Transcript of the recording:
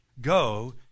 Go